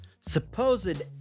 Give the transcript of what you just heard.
Supposed